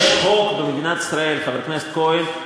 יש חוק במדינת ישראל, חבר הכנסת כהן.